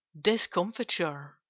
Discomfiture